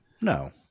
no